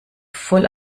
voll